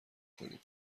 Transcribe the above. کنیم